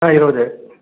ஆ இருபது